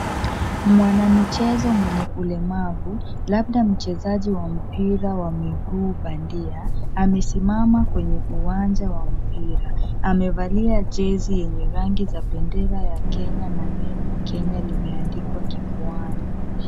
Mwanamichezo mwenye ulemavu, labda mchezaji wa mpira wa miguu bandia, amesimama kwenye uwanja wa mpira. Amevalia jezi yenye rangi za bendera ya Kenya na neno Kenya limeandikwa kifuani.